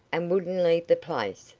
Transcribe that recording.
and wouldn't leave the place,